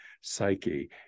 psyche